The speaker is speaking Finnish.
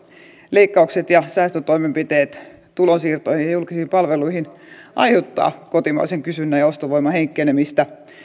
leikkaukset ja säästötoimenpiteet tulonsiirtoihin ja julkisiin palveluihin aiheuttavat kotimaisen kysynnän ja ostovoiman heikkenemistä